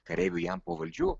kareivių jam pavaldžių